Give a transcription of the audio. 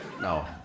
No